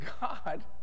God